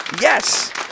Yes